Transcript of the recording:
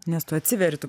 nes tu atsiveri tu